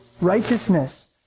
righteousness